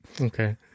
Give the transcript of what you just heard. Okay